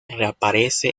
reaparece